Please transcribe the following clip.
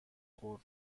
خورد